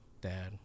dad